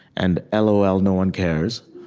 and ah lol no one cares,